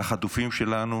החטופים שלנו,